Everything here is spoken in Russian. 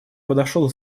подошел